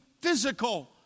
physical